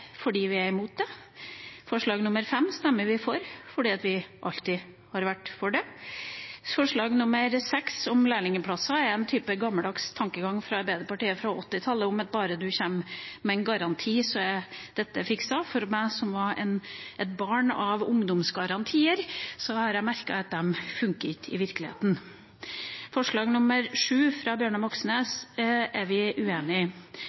fordi vi er imot det. Forslag nr. 5 stemmer vi for – fordi vi alltid har vært for det. Forslag nr. 6, om lærlingplasser, er en type gammeldags tankegang fra Arbeiderpartiet fra 1980-tallet om at bare man kommer med en garanti, er det fikset. For meg som var et barn av ungdomsgarantier, har jeg merket at de ikke funker i virkeligheten. Forslag nr. 7, fra Bjørnar Moxnes, er vi uenig i.